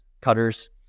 cutters